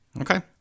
okay